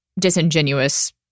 disingenuous